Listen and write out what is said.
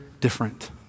different